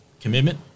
commitment